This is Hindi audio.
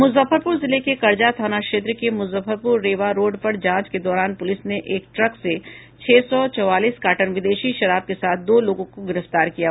मुजफ्फरपुर जिले के कर्जा थाना क्षेत्र के मुजफ्फरपुर रेवा रोड पर जांच के दौरान पुलिस ने एक ट्रक से छह सौ चवालीस कार्टन विदेशी शराब के साथ दो लोगों को गिरफ्तार किया है